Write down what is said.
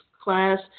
class